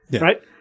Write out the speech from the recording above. right